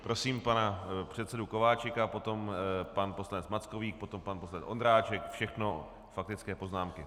Prosím pana předsedu Kováčika, potom pan poslanec Mackovík, potom pan poslanec Ondráček, všechno faktické poznámky.